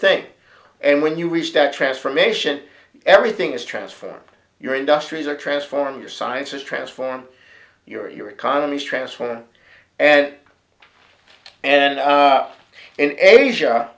thing and when you reach that transformation everything is transfer your industries are transforming your sciences transform your your economy is transformed and and and asia